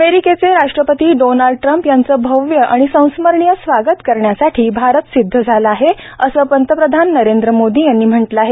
अमेरिकेचे राष्ट्रपती Donald Trump यांचं भव्य आणि संस्मरणीय स्वागत करण्यासाठी भारत सिदध झाला आहे असं पंतप्रधान नरेंद्र मोदी यांनी म्हटलं आहे